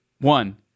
One